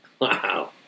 Wow